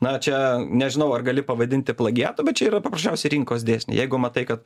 na čia nežinau ar gali pavadinti plagiatu bet čia yra paprasčiausia rinkos dėsniai jeigu matai kad